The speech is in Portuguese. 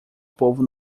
povo